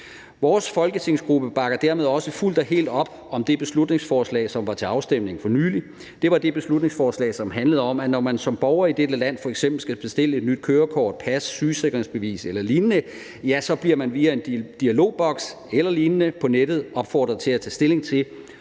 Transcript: Vores folketingsgruppe bakker dermed også fuldt og helt op om det beslutningsforslag, som var til afstemning for nylig. Det var det beslutningsforslag, som handlede om, at når man som borger i dette land f.eks. skal bestille et nyt kørekort, pas, sygesikringsbevis eller lignende, bliver man via en dialogboks eller lignende på nettet opfordret til at tage stilling til,